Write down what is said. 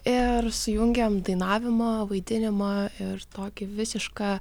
ir sujungiam dainavimą vaidinimą ir tokį visišką